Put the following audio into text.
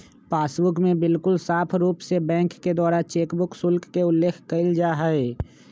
passbook में बिल्कुल साफ़ रूप से बैंक के द्वारा चेकबुक शुल्क के उल्लेख कइल जाहई